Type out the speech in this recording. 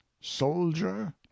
soldier